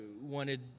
wanted